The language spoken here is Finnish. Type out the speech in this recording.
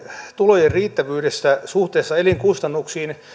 tulojen riittävyydestä suhteessa elinkustannuksiin